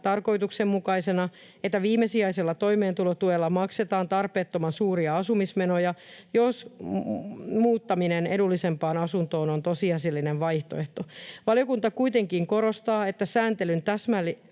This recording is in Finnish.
tarkoituksenmukaisena, että viimesijaisella toimeentulotuella maksetaan tarpeettoman suuria asumismenoja, jos muuttaminen edullisempaan asuntoon on tosiasiallinen vaihtoehto. Valiokunta kuitenkin korostaa, että sääntelyn täsmentämisestä